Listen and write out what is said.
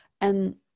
And-